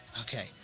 Okay